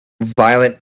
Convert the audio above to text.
violent